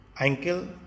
ankle